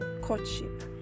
courtship